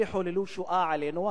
אלה חוללו שואה עלינו,